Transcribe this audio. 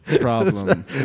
problem